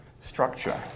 structure